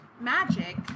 magic